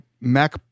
Mac